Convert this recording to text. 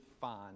fine